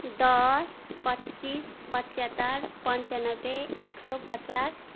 दस पच्चिस पचहत्तर पन्चाब्बे एक सय पचास